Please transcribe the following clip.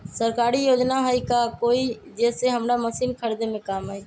सरकारी योजना हई का कोइ जे से हमरा मशीन खरीदे में काम आई?